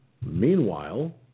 Meanwhile